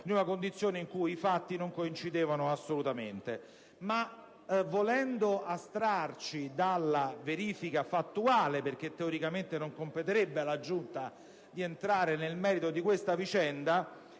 in una condizione in cui i fatti non coincidevano assolutamente. Volendo astrarci dalla verifica fattuale, poiché teoricamente non comporterebbe alla Giunta di entrare nel merito di questa vicenda,